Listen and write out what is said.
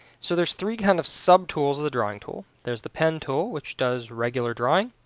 so there's three kind of sub-tools of the drawing tool. there's the pen tool which does regular drawing,